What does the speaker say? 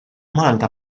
malta